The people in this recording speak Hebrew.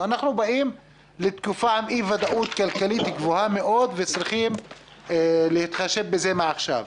אנחנו באים לתקופת אי ודאות כלכלית גדולה מאד וצריך להתחשב בזה מעכשיו.